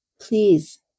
please